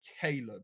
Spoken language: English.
Caleb